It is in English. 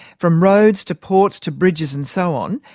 from roads to ports to bridges and so on.